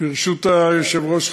ברשות היושב-ראש,